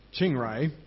Chingrai